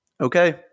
okay